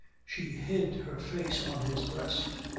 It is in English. she hid her face on his breast.